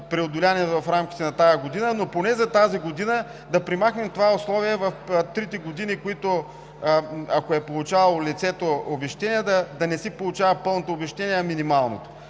преодолени в рамките на тази година, но поне за тази година, да премахнем това условие в трите години, в които, ако лицето е получавало обезщетение, да не си получава пълното обезщетение, а минималното.